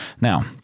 Now